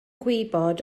gwybod